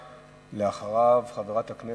חבר הכנסת